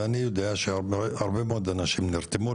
אני יודע שהרבה מאוד אנשים נרתמו,